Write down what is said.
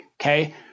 Okay